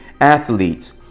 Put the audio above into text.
athletes